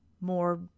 more